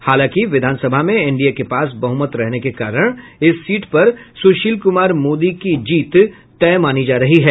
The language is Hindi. हालांकि विधानसभा में एनडीए के पास बहुमत रहने के कारण इस सीट पर सुशील कुमार मोदी की जीत तय मानी जा रही है